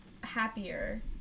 Happier